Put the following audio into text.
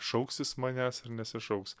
šauksis manęs ar nesišauks